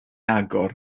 agor